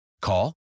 Call